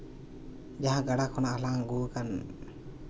ᱡᱟᱦᱟᱸ ᱜᱟᱰᱟ ᱠᱷᱚᱱ ᱦᱟᱞᱟᱝ ᱟᱹᱜᱩ ᱟᱠᱟᱱ